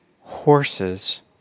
horses